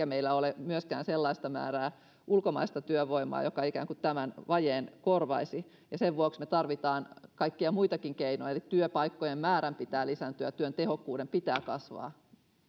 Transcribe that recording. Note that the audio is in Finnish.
meillä ole myöskään sellaista määrää ulkomaista työvoimaa mikä ikään kuin tämän vajeen korvaisi ja sen vuoksi me tarvitsemme kaikkia muitakin keinoja eli työpaikkojen määrän pitää lisääntyä ja työn tehokkuuden pitää kasvaa